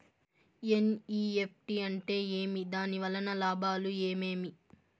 NEFT అంటే ఏమి? దాని వలన లాభాలు ఏమేమి